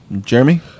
Jeremy